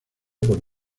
por